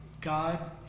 God